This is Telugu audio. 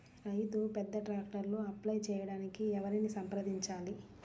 రైతు పెద్ద ట్రాక్టర్కు అప్లై చేయడానికి ఎవరిని సంప్రదించాలి?